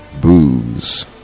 Booze